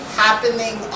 happening